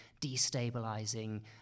destabilizing